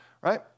right